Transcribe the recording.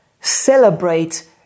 Celebrate